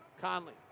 Conley